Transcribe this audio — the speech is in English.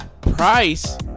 price